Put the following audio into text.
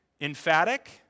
emphatic